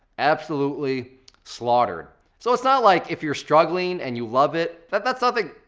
absolutely slaughtered. so it's not like if you're struggling and you love it, that's nothing,